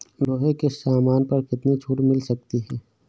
लोहे के सामान पर कितनी छूट मिल सकती है